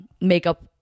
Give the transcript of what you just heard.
makeup